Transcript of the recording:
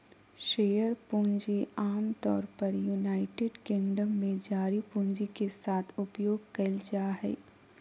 share पूंजी आमतौर पर यूनाइटेड किंगडम में जारी पूंजी के साथ उपयोग कइल जाय हइ